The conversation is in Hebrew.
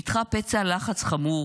פיתחה פצע לחץ חמור